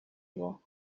его